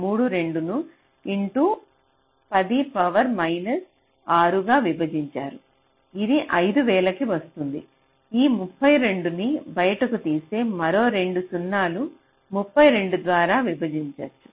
32 into 10 power minus 6 గా విభజించారు ఇది 5000 కి వస్తుంది ఈ 32 ను బయటకు తీస్తే మరో 2 సున్నాలను 32 ద్వారా విభజించారు